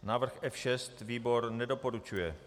Návrh F6. Výbor nedoporučuje.